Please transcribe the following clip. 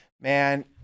man